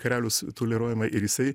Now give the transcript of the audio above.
karaliaus toleruojama ir jisai